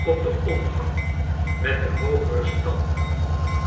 op den omgang met de hoogere standen